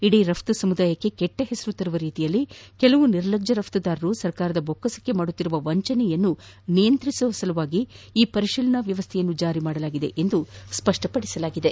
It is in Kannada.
ಇದೀ ರಫ್ತು ಸಮುದಾಯಕ್ಕೆ ಕೆಟ್ಟ ಹೆಸರು ತರುವ ರೀತಿಯಲ್ಲಿ ಕೆಲವು ನಿರ್ಲಜ್ಡ ರಫ್ತುದಾರರು ಸರ್ಕಾರದ ಬೊಕ್ಕಸಕ್ಕೆ ಮಾಡುತ್ತಿದ್ದ ವಂಚನೆಯನ್ನು ನಿಯಂತ್ರಿಸುವ ಸಲುವಾಗಿ ಈ ಪರಿಶೀಲನಾ ವ್ಯವಸ್ಥೆ ಜಾರಿ ಮಾಡಲಾಗಿದೆ ಎಂದು ಸ್ಪಷ್ಟಪದಿಸಿದೆ